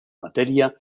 materia